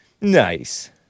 Nice